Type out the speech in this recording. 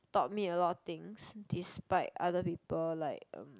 taught me a lot of things despite other people like um